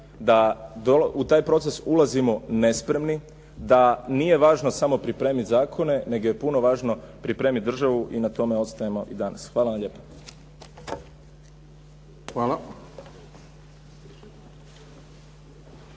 da u taj proces ulazimo nespremni, da nije važno samo pripremiti zakona, nego je puno važnije pripremiti državu i na tome ostajemo i danas. Hvala vam lijepa.